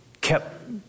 kept